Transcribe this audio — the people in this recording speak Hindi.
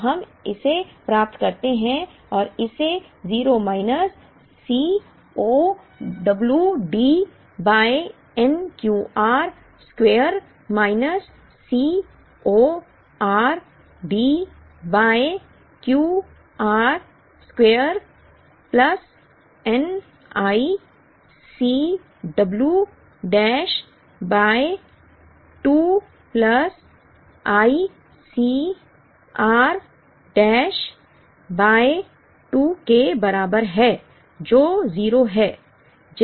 तो हम इसे प्राप्त करते हैं और इसे 0 minus C 0 w D by n Q r square minus C o r d बाय Q r square plus n i C w dash by 2 plus i C r dash by 2 के बराबर है जो 0 है